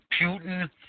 Putin